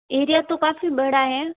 area तो काफ़ी बड़ा है